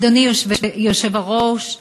אדוני היושב-ראש,